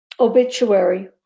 Obituary